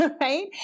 right